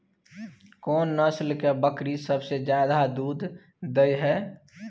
कोन नस्ल के बकरी सबसे ज्यादा दूध दय हय?